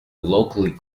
locally